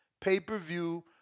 pay-per-view